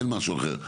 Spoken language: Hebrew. אין משהו אחר.